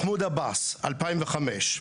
מחמוד עבאס, 2005,